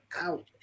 out